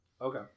Okay